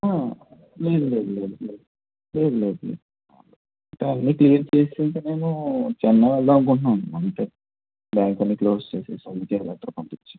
ఆ లేదు లేదు లేదు లేదు లేదు లేదు అంటే అన్ని క్లియర్ చేసుకుని నేను చెన్నై వేల్దామనుకుంటున్నాను అంతే బ్యాంక్ వన్నీ క్లోస్ చేసేసి విత్డ్రావల్ లెటర్ పంపించి